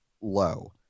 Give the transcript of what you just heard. Low